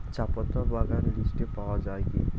চাপাতা বাগান লিস্টে পাওয়া যায় কি?